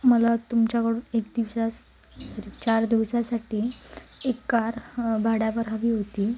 मला तुमच्याकडून एक दिवसास चार दिवसासाठी एक कार भाड्यावर हवी होती